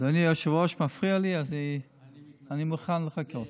אדוני היושב-ראש, מפריע לי, אז אני מוכן לחכות.